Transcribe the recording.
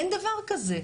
אין דבר כזה.